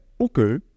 okay